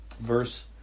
verse